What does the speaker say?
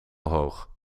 hoog